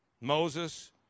Moses